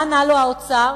מה ענה לו האוצר?